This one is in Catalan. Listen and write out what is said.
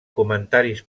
comentaris